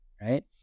right